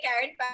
Karen